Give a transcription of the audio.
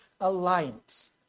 alliance